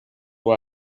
who